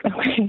Okay